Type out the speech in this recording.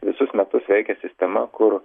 visus metus veikia sistema kur